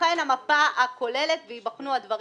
שתיבחן המפה הכוללת וייבחנו הדברים,